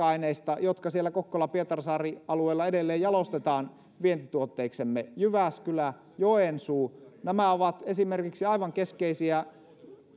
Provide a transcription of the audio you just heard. aineista jotka siellä kokkola pietarsaari alueella edelleen jalostetaan vientituotteiksemme jyväskylä ja joensuu nämä ovat esimerkiksi aivan keskeisiä